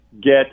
Get